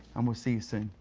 and we'll see you soon.